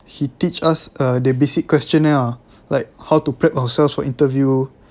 he teach us uh the basic questionnaire ah like how to prep ourselves for interview